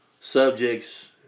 subjects